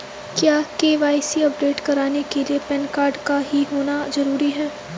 क्या KYC update कराने के लिए पैन कार्ड का ही होना जरूरी है?